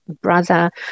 brother